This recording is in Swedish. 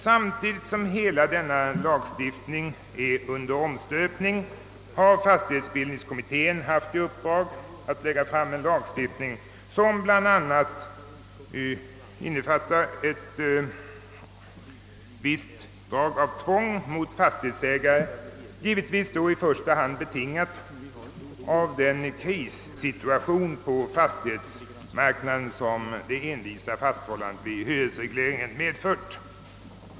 Samtidigt som hela denna lagstiftning varit under omstöpning har fastighetsbildningskommittén haft i uppdrag att lägga fram förslag till en lagstiftning som bl.a. skulle innefatta en viss grad av tvång mot fastighetsägare, givetvis i första hand betingat av den krissituation på fastighetsmarknaden som det envisa fasthållandet vid hyresregleringen medfört.